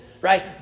right